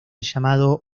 llamado